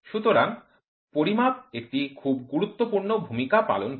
সুতরাং পরিমাপ একটি খুব গুরুত্বপূর্ণ ভূমিকা পালন করে